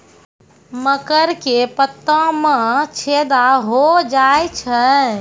मकर के पत्ता मां छेदा हो जाए छै?